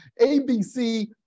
ABC